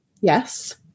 Yes